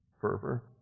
fervor